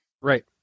right